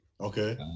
Okay